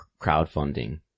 crowdfunding